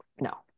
no